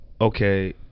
Okay